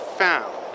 found